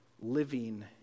living